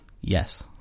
yes